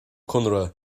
conaire